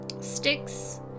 sticks